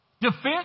defense